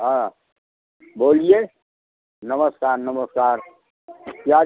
हाँ बोलिए नमस्कार नमस्कार क्या